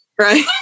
right